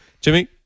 Jimmy